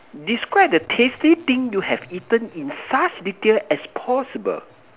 describe the tasty thing you have eaten in fast detail as possible